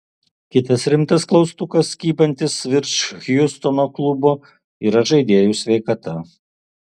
kitas rimtas klaustukas kybantis virš hjustono klubo yra žaidėjų sveikata